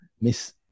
miss